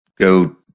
go